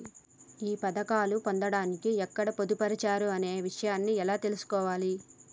ఈ పథకాలు పొందడానికి ఎక్కడ పొందుపరిచారు అనే విషయాన్ని ఎలా తెలుసుకోవాలి?